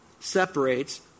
Separates